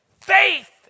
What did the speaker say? Faith